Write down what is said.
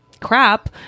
crap